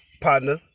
partner